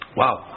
wow